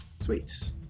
Sweet